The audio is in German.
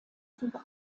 sich